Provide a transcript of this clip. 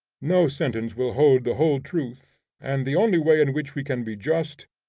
no sentence will hold the whole truth, and the only way in which we can be just,